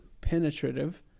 penetrative